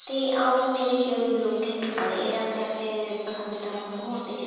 ते अ'ऊं मेरे च लोकें गी बड़े अपने अपने पसंद दे मौसम होंदे